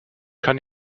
kann